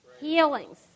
healings